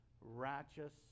righteous